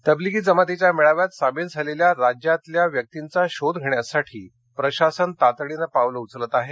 म्हैसेकर तब्लीगी जमातीच्या मेळाव्यात सामील झालेल्या राज्यातल्या व्यक्तींचा शोध घेण्यासाठी प्रशासन तातडीनं पावलं उचलत आहे